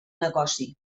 negoci